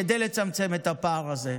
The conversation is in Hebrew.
כדי לצמצם את הפער הזה.